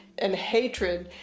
and hatred.